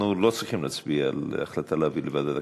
אנחנו לא צריכים להצביע על החלטה להעביר לוועדת הכנסת.